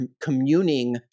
communing